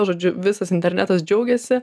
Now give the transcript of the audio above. žodžiu visas internetas džiaugiasi